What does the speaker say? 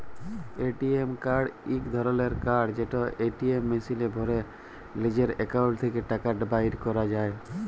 ATM card ইক ধরলের card যেট এটিএম মেশিলে ভ্যরে লিজের একাউল্ট থ্যাকে টাকা বাইর ক্যরা যায়